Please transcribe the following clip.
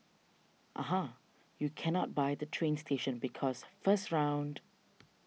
aha you cannot buy the train station because first round